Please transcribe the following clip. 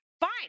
fine